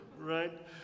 right